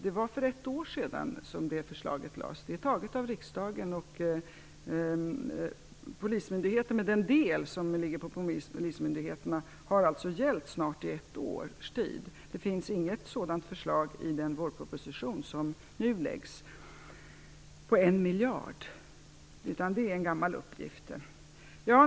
Det förslaget lades fram för ett år sedan, och det är antaget av riksdagen. Den del som ligger på polismyndigheten har alltså gällt i nästan ett års tid. Det finns inget sådant förslag i den vårproposition som nu läggs fram om en besparing på 1 miljard. Det är en gammal uppgift.